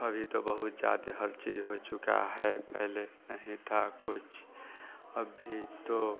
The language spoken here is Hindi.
अभी तो बहुत ज़्यादा हर चीज़ हो चुका है पहले नहीं था कुछ और फिर तो